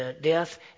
death